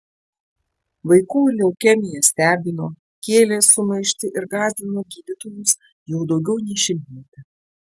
vaikų leukemija stebino kėlė sumaištį ir gąsdino gydytojus jau daugiau nei šimtmetį